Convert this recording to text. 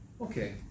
Okay